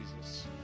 Jesus